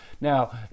Now